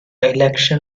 election